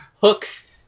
hooks